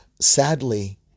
sadly